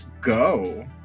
go